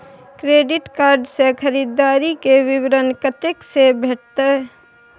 Credit card से खरीददारी के विवरण कत्ते से भेटतै?